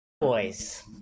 Boys